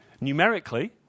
Numerically